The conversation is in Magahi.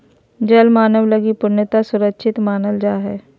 जल मानव लगी पूर्णतया सुरक्षित मानल जा हइ